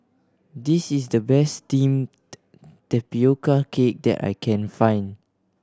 this is the best steamed tapioca cake that I can find